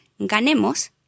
ganemos